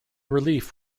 relief